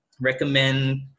recommend